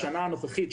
בשנה הנוכחית,